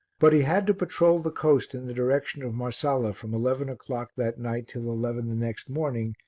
but he had to patrol the coast in the direction of marsala from eleven o'clock that night till eleven the next morning,